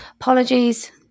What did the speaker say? Apologies